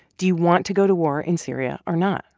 do you want to go to war in syria or not?